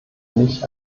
mich